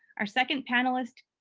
our second panelist,